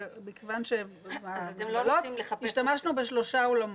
ובגלל המגבלות השתמשנו בשלושה אולמות,